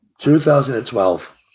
2012